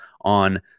on